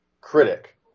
critic